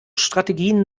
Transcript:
strategien